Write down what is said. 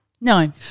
No